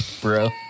bro